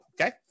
okay